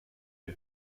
der